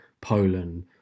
Poland